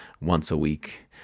once-a-week